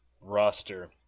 roster